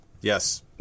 Yes